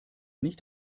nicht